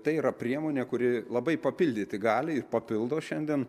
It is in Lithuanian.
tai yra priemonė kuri labai papildyti gali ir papildo šiandien